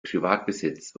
privatbesitz